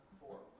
Four